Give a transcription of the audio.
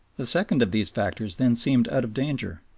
the second of these factors then seemed out of danger,